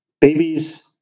babies